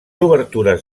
obertures